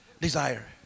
desire